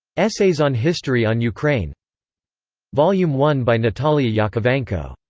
essays on history on ukraine volume one by natalia yakovenko,